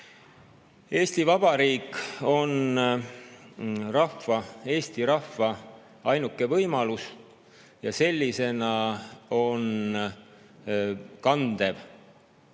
Eesti Vabariik on eesti rahva ainuke võimalus. Sellisena on kandev